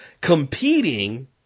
competing